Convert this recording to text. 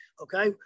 Okay